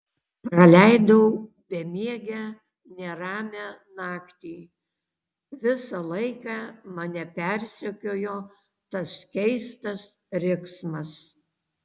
praleidau bemiegę neramią naktį visą laiką mane persekiojo tas keistas riksmas